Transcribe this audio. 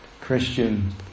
Christian